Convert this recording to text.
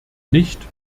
nicht